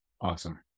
Awesome